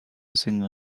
singer